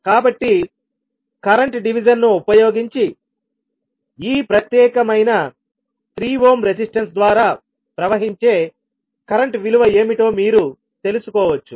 కాబట్టి current division ను ఉపయోగించి ఈ ప్రత్యేకమైన 3 ఓమ్ రెసిస్టన్స్ ద్వారా ప్రవహించే కరెంట్ విలువ ఏమిటో మీరు తెలుసుకోవచ్చు